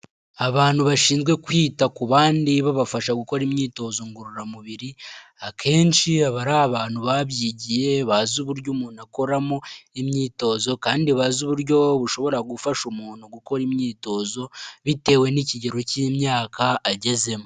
Abantu bashinzwe kwita ku bandi babafasha gukora imyitozo ngororamubiri, akenshi ari abantu babyigiye bazi uburyo umuntu akoramo imyitozo kandi bazi uburyo bushobora gufasha umuntu gukora imyitozo bitewe n'ikigero cy'imyaka agezemo.